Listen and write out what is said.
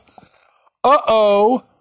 Uh-oh